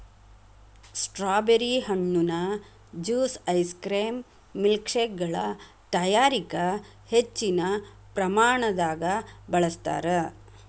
strawberry ಹಣ್ಣುನ juice ice cream ಮಿಲ್ಕ್ಶೇಕಗಳ ತಯಾರಿಕ ಹೆಚ್ಚಿನ ಪ್ರಮಾಣದಾಗ ಬಳಸ್ತಾರ್